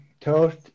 toast